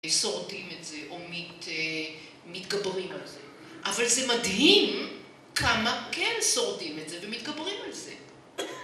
ושורדים את זה או מתגברים על זה, אבל זה מדהים כמה כן שורדים את זה ומתגברים על זה.